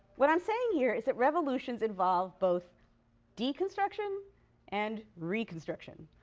what i'm saying here is that revolutions involve both deconstruction and reconstruction,